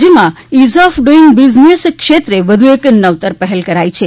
રાજ્યમાં ease of doing business ક્ષેત્રે વધુ એક નવતર પહેલ કરાઈ છે